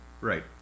Right